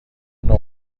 نوع